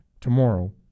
tomorrow